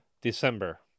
December